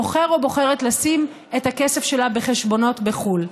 בוחר או בוחרת לשים את הכסף שלה בחשבונות בחו"ל.